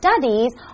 studies